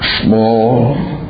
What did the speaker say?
small